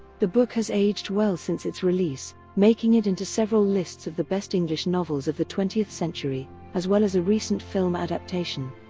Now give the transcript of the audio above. the book has aged well since its release, making it into several lists of the best english novels of the twentieth century as well as a recent film adaptation.